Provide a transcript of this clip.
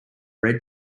red